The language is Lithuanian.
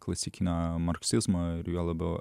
klasikinio marksizmo ir juo labiau